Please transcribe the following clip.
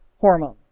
hormone